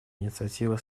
инициативы